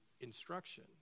instruction